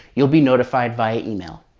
you'll be notified by email.